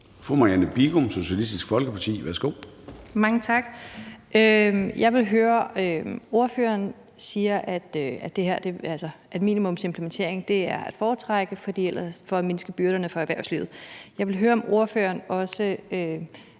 Fru Marianne Bigum, Socialistisk Folkeparti. Værsgo. Kl. 10:34 Marianne Bigum (SF): Mange tak. Ordføreren siger, at minimumsimplementering er at foretrække for at mindske byrderne for erhvervslivet. Jeg vil høre, om ordføreren også